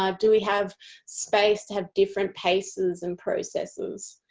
um do we have space to have different paces and processes?